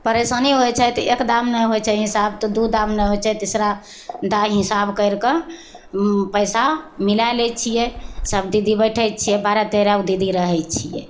परेशानी होइ छै तऽ एकदामे नहि होइ छै हिसाब तऽ दूदामे नहि होइ छै तऽ तेसरादा हिसाब करिके हम पइसा मिला लै छिए सबदीदी बैठै छिए बारह तेरहगो दीदी रहै छिए